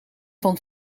van